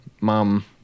Mom